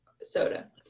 soda